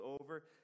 over